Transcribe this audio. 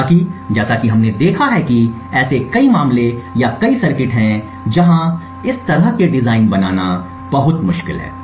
हालांकि जैसा कि हमने देखा है कि ऐसे कई मामले या कई सर्किट हैं जहां इस तरह के डिजाइन बनाना बहुत मुश्किल है